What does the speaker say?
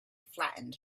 flattened